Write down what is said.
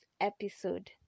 episode